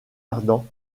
ardan